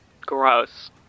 Gross